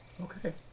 Okay